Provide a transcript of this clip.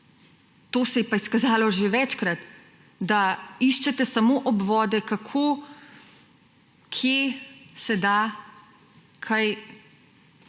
To se je pa izkazalo že večkrat, da iščete samo obvode, kako, kje se da kaj